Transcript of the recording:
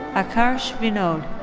akarsh vinod.